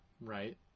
Right